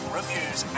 reviews